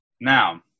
Now